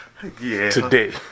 today